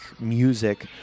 music